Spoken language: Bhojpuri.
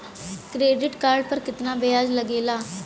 क्रेडिट कार्ड पर कितना ब्याज लगेला?